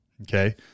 Okay